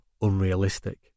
unrealistic